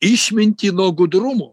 išmintį nuo gudrumo